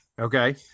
Okay